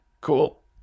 cool